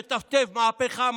לטפטף: מהפכה,